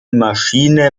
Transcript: maschine